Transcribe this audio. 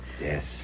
Yes